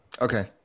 Okay